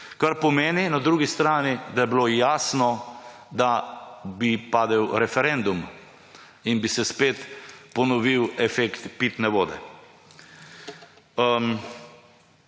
Kar pomeni, na drugi strani, da je bilo jasno, da bi padel referendum in bi se spet ponovil efekt pitne vode.